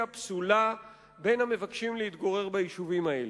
פסולה בין המבקשים להתגורר ביישובים האלה.